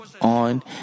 on